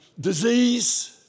disease